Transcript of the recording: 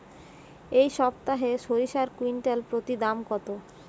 এই সপ্তাহে সরিষার কুইন্টাল প্রতি দাম কত?